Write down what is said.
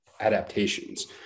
adaptations